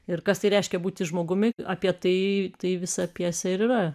ir kas tai reiškia būti žmogumi apie tai tai visa pjesė ir yra